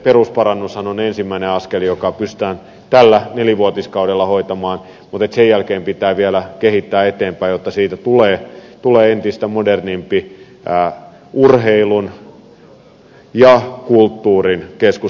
perusparannushan on ensimmäinen askel joka pystytään tällä nelivuotiskaudella hoitamaan mutta sen jälkeen pitää vielä kehittää eteenpäin jotta siitä tulee entistä modernimpi urheilun ja kulttuurin keskus